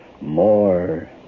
more